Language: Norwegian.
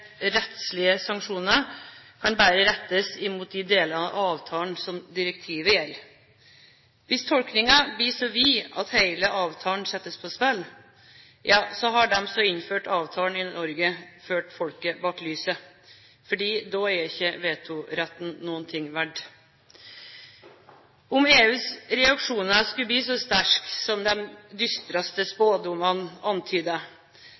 rettslige sanksjoner kan bare rettes mot de deler av avtalen som direktivet gjelder. Hvis tolkningen blir så vid at hele avtalen settes på spill, ja så har de som innførte avtalen til Norge, ført folket bak lyset, for da er ikke vetoretten noe verdt. Om EUs reaksjoner skulle bli så sterke som de dystreste spådommene antyder,